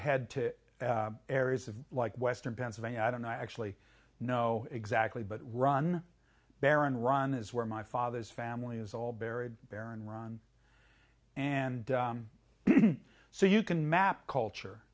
had to areas of like western pennsylvania i don't actually know exactly but run barren run is where my father's family is all buried barren run and so you can map culture